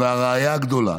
והראיה הגדולה,